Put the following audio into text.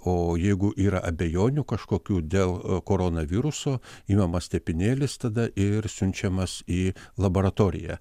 o jeigu yra abejonių kažkokių dėl koronaviruso imamas tepinėlis tada ir siunčiamas į laboratoriją